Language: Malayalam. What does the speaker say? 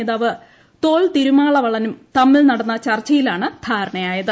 നേതാവ് തോൽ തിരുമാവളവനും തമ്മിൽ നടന്ന ചർച്ചയിലാണ് ധാരണയായത്